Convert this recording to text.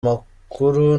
makuru